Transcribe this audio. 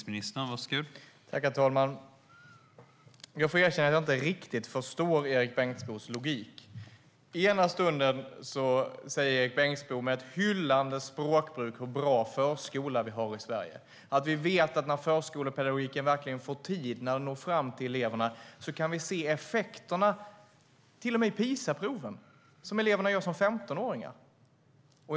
Herr talman! Jag får erkänna att jag inte riktigt förstår Erik Bengtzboes logik. Den ena stunden talar Erik Bengtzboe med ett hyllande språkbruk om hur bra förskola vi har i Sverige. När förskolepedagogiken verkligen får tid och när den når fram till eleverna kan vi se effekterna till och med i PISA-proven, som eleverna gör som 15-åringar, menar du.